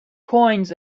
coins